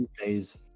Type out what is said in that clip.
days